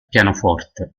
pianoforte